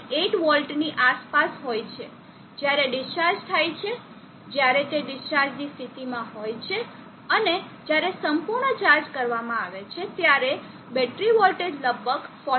8 વોલ્ટની આસપાસ હોય છે જ્યારે ડિસ્ચાર્જ થાય છે જ્યારે તે ડિસ્ચાર્જની સ્થિતિમાં હોય છે અને જ્યારે સંપૂર્ણ ચાર્જ કરવામાં આવે છે ત્યારે બેટરી વોલ્ટેજ લગભગ 14